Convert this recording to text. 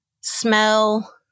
smell